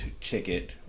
ticket